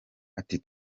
ati